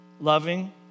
loving